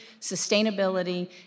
sustainability